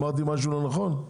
אמרתי משהו לא נכון?